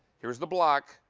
here is the black,